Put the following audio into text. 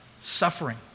suffering